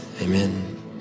amen